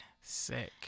Sick